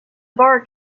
bark